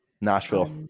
Nashville